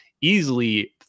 easily